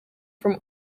from